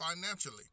financially